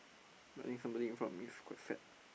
I think somebody in front of me is quite sad